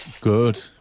Good